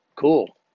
cool